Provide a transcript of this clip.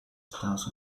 estados